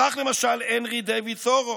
כך, למשל, הנרי דייוויד תורו,